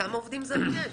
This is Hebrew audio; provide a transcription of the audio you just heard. וכמה עובדים זרים יש?